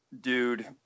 dude